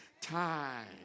time